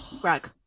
Greg